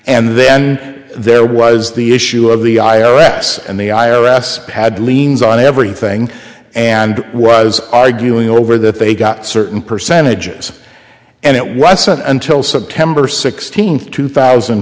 and then there was the issue of the i r s and the i r s had liens on everything and was arguing over that they got certain percentages and it wasn't until september sixteenth two thousand